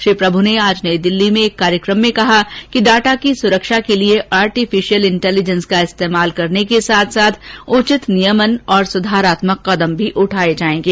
श्री प्रभू ने आज नयी दिल्ली में एक कार्यक्रम में कहा कि डाटा की सुरक्षा के लिए आर्टीफिशियल इंटेलीजेंस का इस्तेमाल करने के साथ साथ उचित नियमन और सुधारात्मक कदम भी उठाये जाएगें